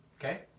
okay